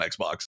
Xbox